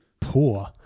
poor